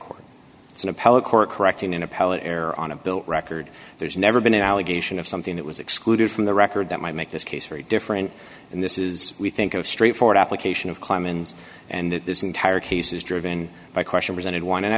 appellate court correcting in a pilot error on a bill record there's never been an allegation of something that was excluded from the record that might make this case very different and this is we think of straightforward application of climb ins and that this entire case is driven by question presented one and i